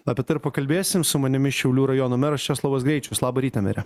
apie tai ir pakalbėsim su manimi šiaulių rajono meras česlovas greičius labą rytą mere